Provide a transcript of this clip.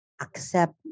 accept